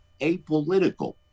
apolitical